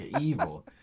evil